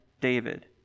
David